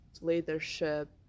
leadership